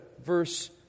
verse